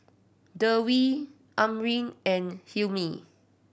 Dewi Amrin and Hilmi